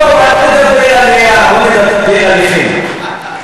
למה היא לא באה לעשות צדק?